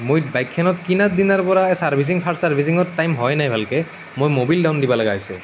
মই বাইকখনত কিনাৰ দিনাৰ পৰাই ছাৰ্ভিচিং ফাৰ্ষ্ট ছাৰ্ভিচিঙৰ টাইম হোৱাই নাই ভালকৈ মই মবিল ডাউন দিব লগা হৈছে